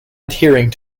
adhering